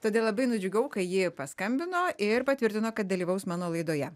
todėl labai nudžiugau kai ji paskambino ir patvirtino kad dalyvaus mano laidoje